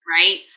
right